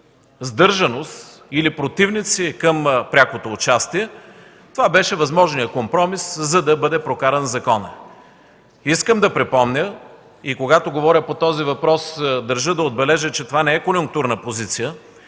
сдържаност или противници към прякото участие, това беше възможният компромис, за да бъде прокаран законът. Искам да припомня и когато говоря по този въпрос държа да отбележа, че това не е конюнктурна позиция